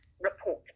report